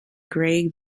grey